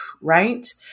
Right